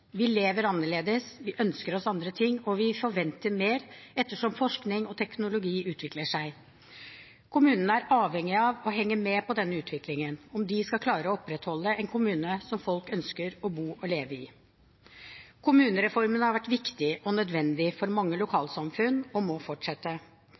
Vi lever annerledes, vi ønsker oss andre ting, og vi forventer mer ettersom forskning og teknologi utvikler seg. Kommunene er avhengig av å henge med på denne utviklingen om de skal klare å opprettholde en kommune som folk ønsker å bo og leve i. Kommunereformen har vært viktig og nødvendig for mange